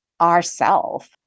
ourself